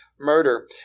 murder